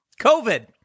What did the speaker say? COVID